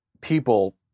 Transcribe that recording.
people